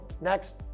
Next